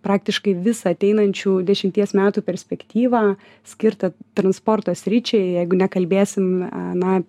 praktiškai visą ateinančių dešimties metų perspektyvą skirtą transporto sričiai jeigu nekalbėsim na